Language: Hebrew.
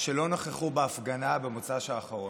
שלא נכחו בהפגנה במוצ"ש האחרון.